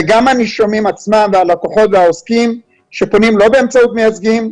וגם הנישומים עצמם והלקוחות והעוסקים שפונים לא באמצעות מייצגים,